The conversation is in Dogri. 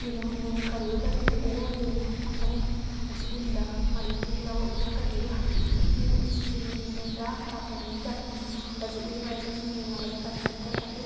जिल्लै ओह् इ'यां इ'यां करी ओड़दा फिर ओह् जाइयै आपने उस्सी दिंदा मतलब कि जेल्लै ओह् इ'यां करी ओड़ेआ फिर उस्सी जाइयै दिंदा दस्सदा कैप्टन गी कैप्टन उस्सी सखांदा जे ओह्दे बारे च उस्सी नेईं नालेज ऐ कैप्टन उस्सी दस्सदा कि तूं